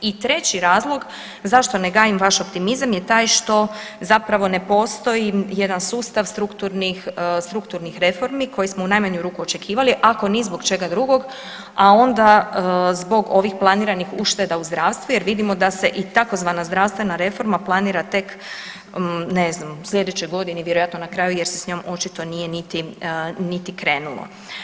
I treći razlog zašto ne gajim vaš optimizam je taj što zapravo ne postoji jedan sustav strukturnih, strukturnih reformi koji smo u najmanju ruku očekivali ako ni zbog čega drugog, a onda zbog ovih planiranih ušteda u zdravstvu jer vidimo da se i tzv. zdravstvena reforma planira tek ne znam u slijedećoj godini vjerojatno na kraju jer se s njom očito očito nije niti, niti krenulo.